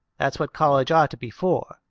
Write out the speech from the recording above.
that's what college ought to be for,